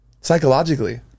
psychologically